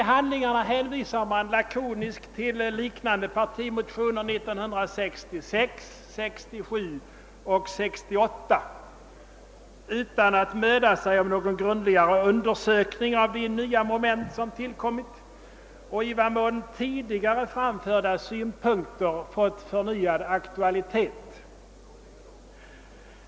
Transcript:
I handlingarna hänvisar man lakoniskt till liknande partimotioner åren 1966, 1967 och 1968 utan att möda sig om någon grundligare undersökning av de nya moment som tillkommit eller av i vad mån tidigare framförda synpunkter fått förnyad aktualitet.